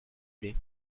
plait